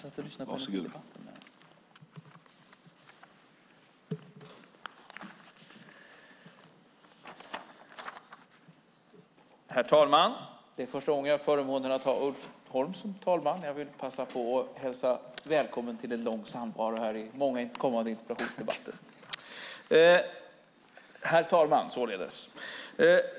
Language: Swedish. Herr talman! Det här är första gången jag har förmånen att ha Ulf Holm som talman. Jag vill passa på att hälsa välkommen till en lång samvaro i många kommande interpellationsdebatter. Herr talman!